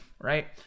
Right